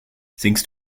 singst